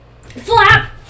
Flap